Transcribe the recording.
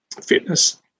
fitness